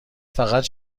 فقط